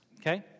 Okay